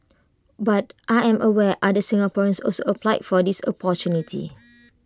but I am aware other Singaporeans also applied for this opportunity